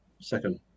Second